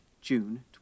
June